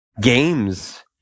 games